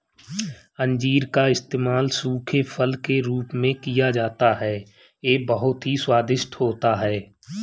अंजीर का इस्तेमाल सूखे फल के रूप में किया जाता है यह बहुत ही स्वादिष्ट होता है